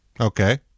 okay